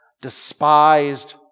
despised